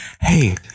hey